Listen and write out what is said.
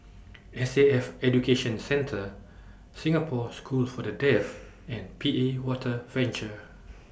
S A F Education Centre Singapore School For The Deaf and P A Water Venture